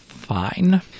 fine